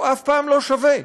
הוא אף פעם לא שווה,